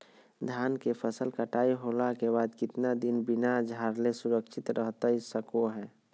धान के फसल कटाई होला के बाद कितना दिन बिना झाड़ले सुरक्षित रहतई सको हय?